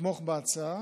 לתמוך בהצעה,